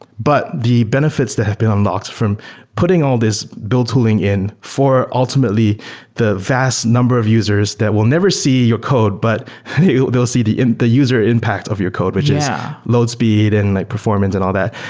but the benefits that have been unlocked from putting all these build tooling for ultimately the vast number of users that will never see your code, but they'll see the and the user impact of your code, which is yeah load speed and like performance and all that.